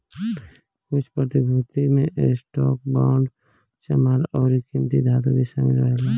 कुछ प्रतिभूति में स्टॉक, बांड, कच्चा माल अउरी किमती धातु भी शामिल रहेला